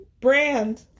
brand